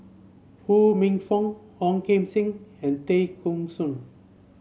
Ho Minfong Ong Kim Seng and Tay Kheng Soon